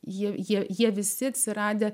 jie jie visi atsiradę